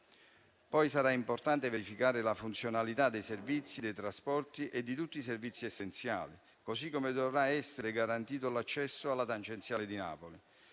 poi importante verificare la funzionalità dei trasporti e di tutti i servizi essenziali, così come dovrà essere garantito l'accesso alla tangenziale di Napoli.